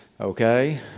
Okay